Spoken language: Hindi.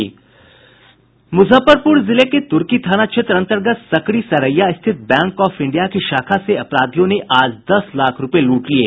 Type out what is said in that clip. मुजफ्फरपुर जिले के तुर्की थाना क्षेत्र अंतर्गत सकरी सरैया स्थित बैंक ऑफ इंडिया की शाखा से अपराधियों ने आज दस लाख रूपये लूट लिये